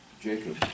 Jacob